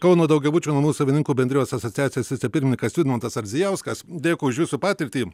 kauno daugiabučių namų savininkų bendrijos asociacijos vicepirmininkas vidmantas ardzijauskas dėkui už jūsų patirtį